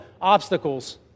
obstacles